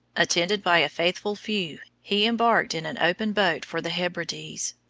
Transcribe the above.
attended by a faithful few, he embarked in an open boat for the hebrides.